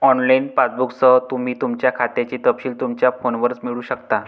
online पासबुकसह, तुम्ही तुमच्या खात्याचे तपशील तुमच्या फोनवरच मिळवू शकता